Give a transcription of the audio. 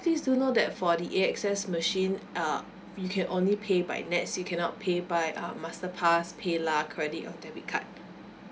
please do know that for the A_X_S machine uh you can only pay by nets you cannot pay by uh masterpass pay lah credit or debit card